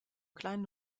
kleinen